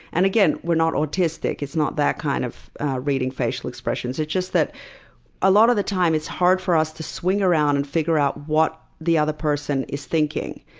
and again, we're not autistic. it's not that kind of reading facial expressions. it's just that a lot of the time, it's hard for us to swing around and figure out what the other person is thinking.